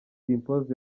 dimpoz